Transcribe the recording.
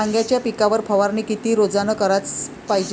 वांग्याच्या पिकावर फवारनी किती रोजानं कराच पायजे?